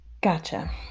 Gotcha